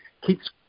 keeps